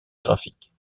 graphiques